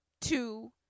two